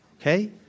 Okay